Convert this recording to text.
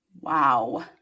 Wow